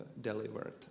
delivered